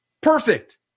Perfect